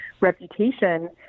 reputation